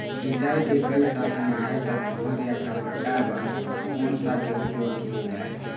सिचाई के कई साधन आहे ता तुंहर या टमाटर बार कोन सा के उपयोग किए जाए?